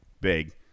big